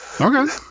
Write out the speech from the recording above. Okay